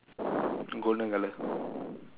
golden colour